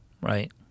right